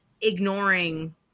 ignoring